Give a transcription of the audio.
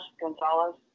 Gonzalez